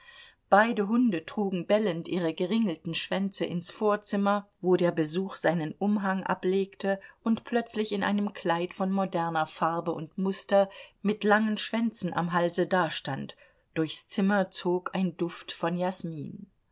beide hunde trugen bellend ihre geringelten schwänze ins vorzimmer wo der besuch seinen umhang ablegte und plötzlich in einem kleid von moderner farbe und muster mit langen schwänzen am halse dastand durchs zimmer zog ein duft von jasmin